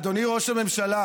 אדוני ראש הממשלה,